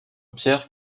pierre